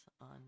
on